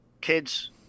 kids